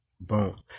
boom